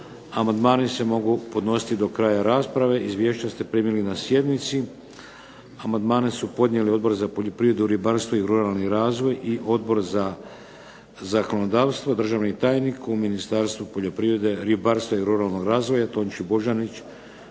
Amandmani se mogu podnositi do kraja rasprave. Izvješća ste primili na sjednici. Amandmane su podnijeli Odbor za poljoprivredu, ribarstvo i ruralni razvoj i Odbor za zakonodavstvo. Državni tajnik u Ministarstvu poljoprivrede, ribarstva i ruralnog razvoja Tonči Božanić